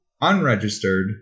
unregistered